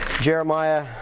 Jeremiah